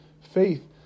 Faith